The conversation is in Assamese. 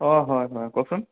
অঁ হয় হয় কওকচোন